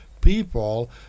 people